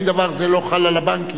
האם דבר זה לא חל על הבנקים?